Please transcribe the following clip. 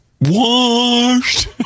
Washed